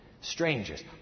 strangers